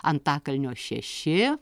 antakalnio šeši